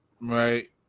Right